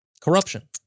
Corruption